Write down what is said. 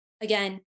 again